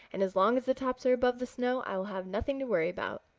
and as long as the tops are above the snow i will have nothing to worry about.